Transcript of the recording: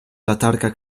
latarka